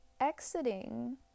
exiting